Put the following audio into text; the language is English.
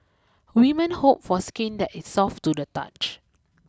women hope for skin that is soft to the touch